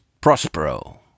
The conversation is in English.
Prospero